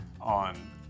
on